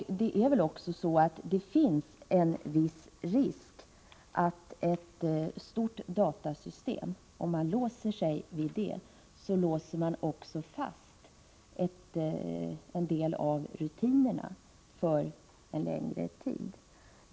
Det finns också en viss risk att man — om man låser sig vid ett stort datasystem — låser fast en del av rutinerna för en längre tid.